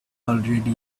already